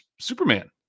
Superman